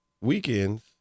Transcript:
weekends